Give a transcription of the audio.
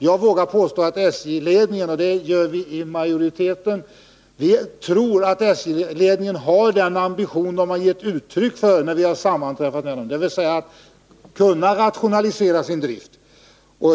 Jag vågar påstå att inom utskottsmajoriteten tror vi att SJ-ledningen har den ambition som den har givit uttryck för vid våra sammanträffanden, dvs. att kunna rationalisera driften.